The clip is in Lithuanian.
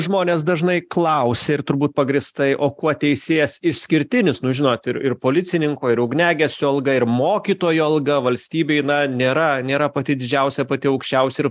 žmonės dažnai klausia ir turbūt pagrįstai o kuo teisėjas išskirtinis nu žinot ir ir policininko ir ugniagesio alga ir mokytojo alga valstybei na nėra nėra pati didžiausia pati aukščiausia ir